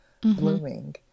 blooming